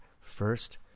first